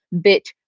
bit